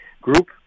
group